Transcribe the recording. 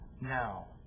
now